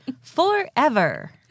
forever